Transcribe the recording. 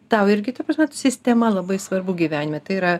tau irgi ta prasme sistema labai svarbu gyvenime tai yra